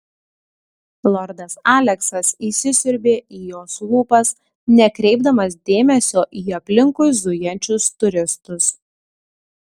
lordas aleksas įsisiurbė į jos lūpas nekreipdamas dėmesio į aplinkui zujančius turistus